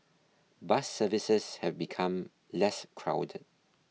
bus services have become less crowded